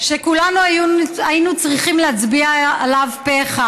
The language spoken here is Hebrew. שכולנו היינו צריכים להצביע עליו פה אחד.